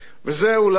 וזה אולי